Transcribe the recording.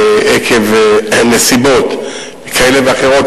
עקב נסיבות כאלה ואחרות,